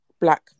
black